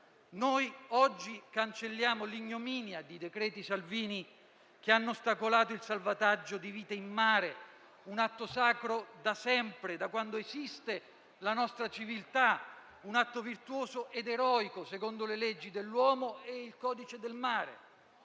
Noi oggi cancelliamo l'ignominia di decreti Salvini che hanno ostacolato il salvataggio di vite in mare, un atto sacro da sempre, da quando esiste la nostra civiltà, un atto virtuoso ed eroico secondo le leggi dell'uomo e il codice del mare.